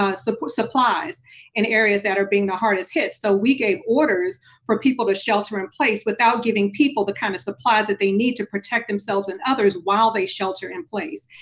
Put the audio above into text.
ah so supplies in areas that are being the hardest hit. so we gave orders for people to shelter-in-place without giving people the kind of supplies that they need to protect themselves and others while they shelter-in-place,